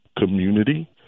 community